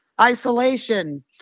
isolation